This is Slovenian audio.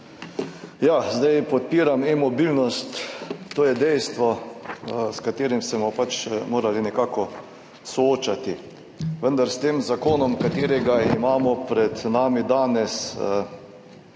imenu! Podpiram e-mobilnost, to je dejstvo, s katerim se bomo morali nekako soočiti. Vendar s tem zakonom, ki ga imamo pred sabo danes,